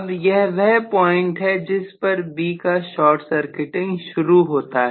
अब यह वह पॉइंट है जिस पर B का शॉर्ट सर्किटिंग शुरू होता है